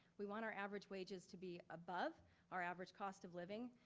we want our average wages to be above our average cost of living.